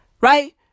Right